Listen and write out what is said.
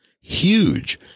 huge